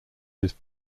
his